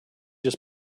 just